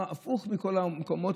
הפוך מכל המקומות.